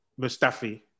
Mustafi